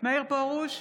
מאיר פרוש,